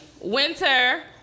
Winter